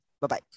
Bye-bye